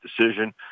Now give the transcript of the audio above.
decision